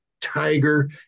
Tiger